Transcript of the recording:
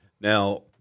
Now